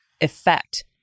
effect